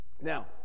Now